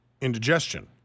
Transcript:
indigestion